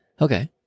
Okay